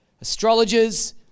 Astrologers